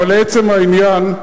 לעצם העניין,